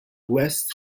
west